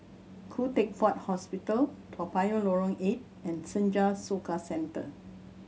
Khoo Teck Puat Hospital Toa Payoh Lorong Eight and Senja Soka Centre